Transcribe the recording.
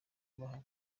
bahari